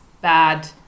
bad